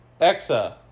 Exa